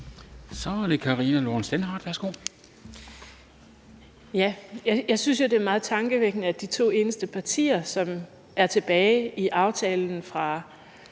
Kl. 13:12 Karina Lorentzen Dehnhardt (SF): Jeg synes jo, at det er meget tankevækkende, at de to eneste partier, som er tilbage i aftalen fra